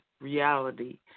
reality